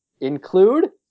include